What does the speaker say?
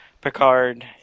Picard